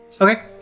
Okay